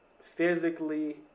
physically